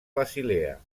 basilea